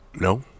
No